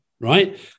right